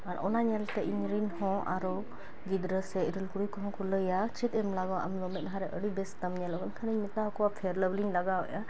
ᱟᱨ ᱚᱱᱟ ᱧᱮᱞᱛᱮ ᱤᱧᱨᱤᱱ ᱦᱚᱸ ᱟᱨᱚ ᱜᱤᱫᱽᱨᱟᱹ ᱥᱮ ᱤᱨᱤᱞ ᱠᱩᱲᱤᱠᱚᱦᱚᱸ ᱠᱚ ᱞᱟᱹᱭᱟ ᱪᱮᱫᱮᱢ ᱞᱟᱜᱟᱣᱟ ᱟᱢᱫᱚ ᱢᱮᱫᱟᱦᱟᱨᱮ ᱟᱹᱰᱤ ᱵᱮᱥᱛᱟᱢ ᱧᱮᱞᱚᱜ ᱮᱱᱠᱷᱟᱱᱤᱧ ᱢᱮᱛᱟᱣᱟᱠᱚᱣᱟ ᱯᱷᱮᱭᱟᱨ ᱞᱟᱵᱷᱞᱤᱧ ᱞᱟᱜᱟᱣᱮᱫᱼᱟ